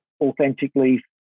authentically